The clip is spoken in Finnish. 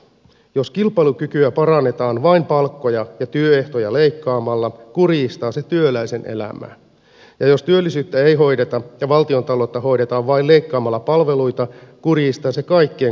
jos kilpailukykyä parannetaan vain palkkoja ja työehtoja leikkaamalla kurjistaa se työläisen elämää ja jos työllisyyttä ei hoideta ja valtiontaloutta hoidetaan vain leikkaamalla palveluita kurjistaa se kaikkien kansalaisten elämään